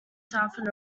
southern